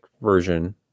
version